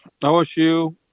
OSU –